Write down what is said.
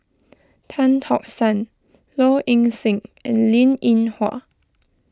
Tan Tock San Low Ing Sing and Linn in Hua